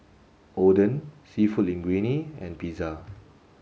Oden Seafood Linguine and Pizza